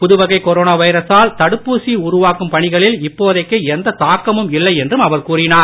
புதுவகை corona வைரசால் தடுப்பூசி உருவாக்கும் பணிகளில் இப்போதைக்கு எந்த தாக்கமும் இல்லை என்றும் அவர் கூறினார்